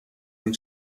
این